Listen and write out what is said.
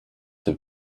have